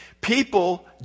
People